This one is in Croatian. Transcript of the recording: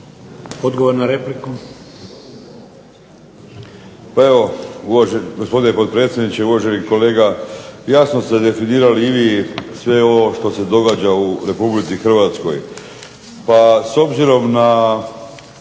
Odgovor na repliku.